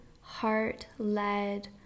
heart-led